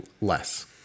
less